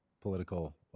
political